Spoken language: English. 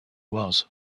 was